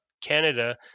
Canada